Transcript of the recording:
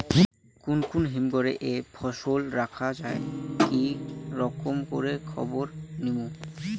কুন কুন হিমঘর এ ফসল রাখা যায় কি রকম করে খবর নিমু?